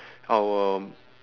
our